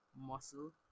muscle